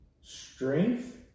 strength